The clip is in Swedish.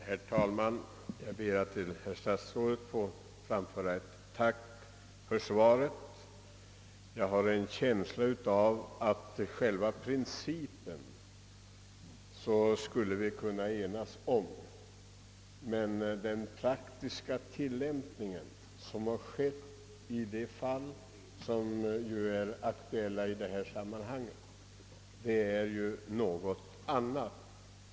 Herr talman! Jag ber att till herr statsrådet få framföra ett tack för svaret. Jag har en känsla av att vi skulle kunna enas om själva principen men inte om den praktiska tillämpning som skett i de fall som varit aktuella. Dessa fall har handlagts annorlunda än principen anger.